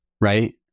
Right